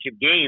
game